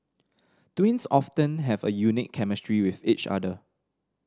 twins often have a unique chemistry with each other